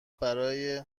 برای